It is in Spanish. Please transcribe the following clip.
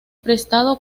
prestado